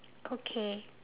okay